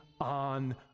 on